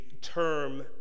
term